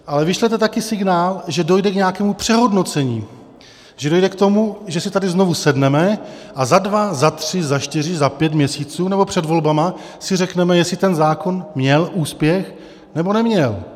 Ale vyšlete také signál, že dojde k nějakému přehodnocení, že dojde k tomu, že si tady znovu sedneme a za dva, za tři, za čtyři, za pět měsíců nebo před volbami si řekneme, jestli ten zákon měl úspěch, nebo neměl.